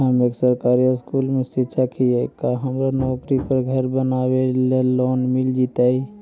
हम एक सरकारी स्कूल में शिक्षक हियै का हमरा नौकरी पर घर बनाबे लोन मिल जितै?